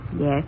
Yes